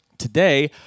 Today